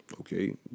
okay